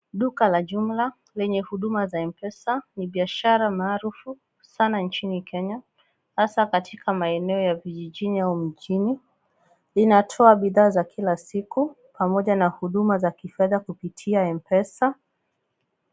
Duka la jumla, lenye huduma za M-Pesa, ni biashara maarufu sana nchini Kenya, hasa katika maeneo ya vijijini au mjini. Linatoa bidhaa za kila siku, pamoja na huduma za kifedha kupitia M-Pesa.